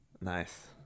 Nice